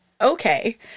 Okay